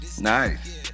Nice